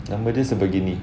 nama dia sebegini